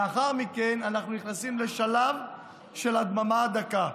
לאחר מכן אנחנו נכנסים לשלב של הדממה הדקה,